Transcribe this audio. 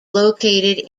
located